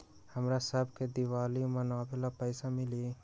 हमरा शव के दिवाली मनावेला पैसा मिली?